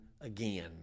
again